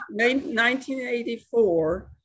1984